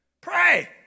Pray